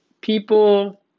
people